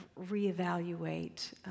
reevaluate